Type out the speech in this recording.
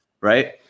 right